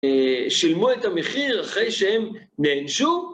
שילמו את המחיר אחרי שהם נענשו.